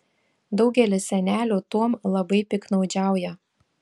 daugelis senelių tuom labai piktnaudžiauja